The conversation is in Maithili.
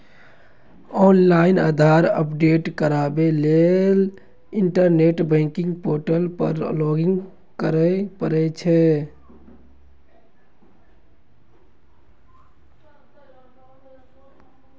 ऑनलाइन आधार अपडेट कराबै लेल इंटरनेट बैंकिंग पोर्टल पर लॉगइन करय पड़ै छै